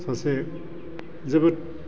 सासे जोबोद